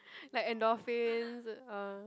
like endorphins ah